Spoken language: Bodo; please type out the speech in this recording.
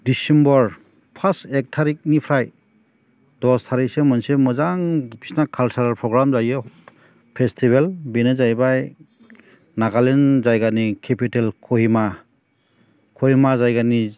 डिसेम्बर फार्स्ट एक थारिकनिफ्राय दस थारिकसिम मोनसे मोजां बिसोरना खाल्सारेल प्रग्राम जायो फेस्टिभेल बेनो जाहैबाय नागालेण्ड जायगानि केपिटेल कहिमा जायगानि